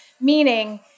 meaning